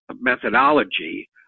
methodology